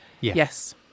Yes